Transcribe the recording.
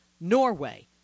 Norway